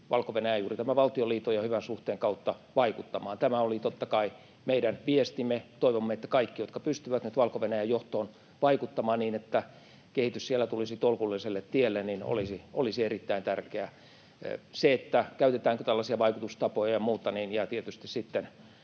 Valko-Venäjään juuri tämän valtioliiton ja hyvän suhteen kautta vaikuttamaan. Tämä oli totta kai meidän viestimme. Toivomme, että kaikki, jotka pystyvät nyt Valko-Venäjän johtoon vaikuttamaan niin, että kehitys siellä tulisi tolkulliselle tielle, tekisivät niin. Se olisi erittäin tärkeää. Se, käytetäänkö tällaisia vaikutustapoja ja muuta, jää tietysti sitten